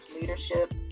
leadership